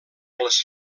les